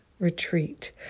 retreat